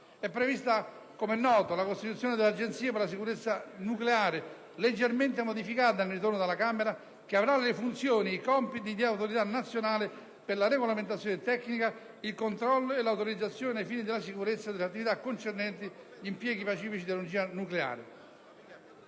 altresì - come noto - la costituzione dell'Agenzia per la sicurezza nucleare, leggermente modificata nel ritorno dalla Camera, che avrà le funzioni e i compiti di autorità nazionale per la regolamentazione tecnica, il controllo e l'autorizzazione ai fini della sicurezza delle attività concernenti gli impieghi pacifici dell'energia nucleare.